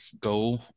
go